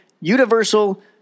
Universal